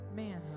man